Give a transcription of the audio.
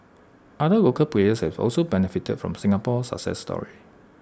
other local players have also benefited from the Singapore success story